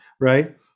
right